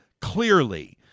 clearly